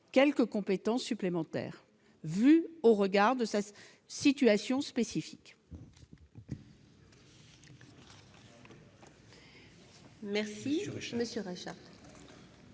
quelques compétences supplémentaires au regard de sa situation spécifique.